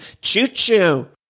Choo-choo